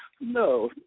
No